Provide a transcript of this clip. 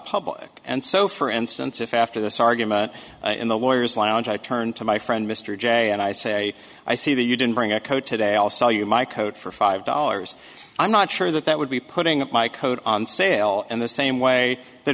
public and so for instance if after this argument in the lawyers lounge i turn to my friend mr j and i say i see that you didn't bring a coat today i'll sell you my coat for five dollars i'm not sure that that would be putting my coat on sale and the same way that